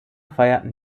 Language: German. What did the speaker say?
feierten